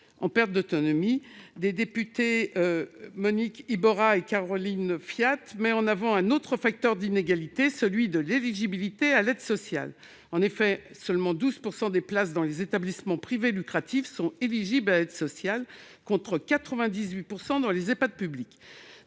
remis par les députées Monique Iborra et Caroline Fiat, met en avant un autre facteur d'inégalités : celui de l'éligibilité à l'aide sociale. En effet, seulement 12 % des places dans les établissements privés à but lucratif sont éligibles à l'aide sociale, contre 98 % dans les Ehpad publics.